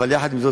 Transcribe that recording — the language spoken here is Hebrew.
אבל עם זאת,